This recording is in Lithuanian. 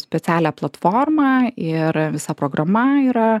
specialią platformą ir visa programa yra